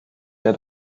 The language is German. der